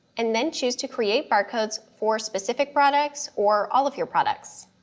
and then choose to create barcodes for specific products or all of your products.